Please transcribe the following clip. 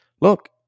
look